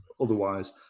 otherwise